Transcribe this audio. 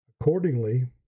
Accordingly